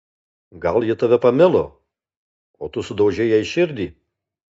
gal ji tave pamilo o tu sudaužei jai širdį